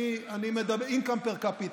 אני מדבר על income per capita.